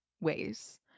ways